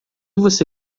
você